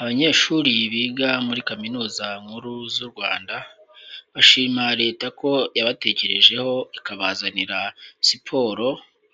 Abanyeshuri biga muri Kaminuza Nkuru z'u Rwanda, bashima leta ko yabatekerejeho ikabazanira siporo,